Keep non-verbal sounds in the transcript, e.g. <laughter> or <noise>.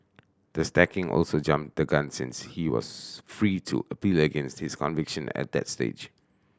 the sacking also jumped the gun since he was <unintelligible> free to appeal against his conviction at that stage